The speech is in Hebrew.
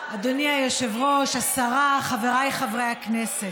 אדוני היושב-ראש, השרה, חבריי חברי הכנסת,